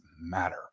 matter